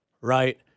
right